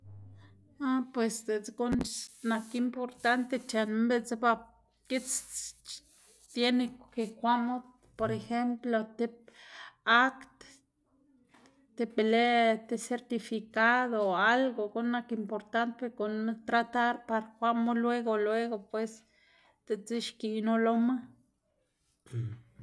ah pues diꞌtse guꞌn nak importante c̲h̲enma biꞌtse ba gits tiene que kwamu por ejemplo tib akt, tib be lë ti certificado o algo guꞌn nak importante guꞌnnma tratar par kwamu luego, luego pues, diꞌtse xkiꞌnu loma.